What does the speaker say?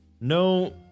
No